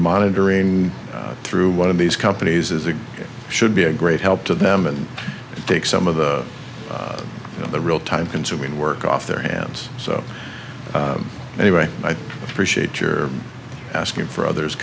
monitoring through one of these companies is it should be a great help to them and take some of the real time consuming work off their hands so anyway i appreciate your asking for others